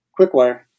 Quickwire